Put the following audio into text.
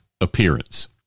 appearance